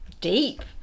deep